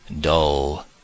dull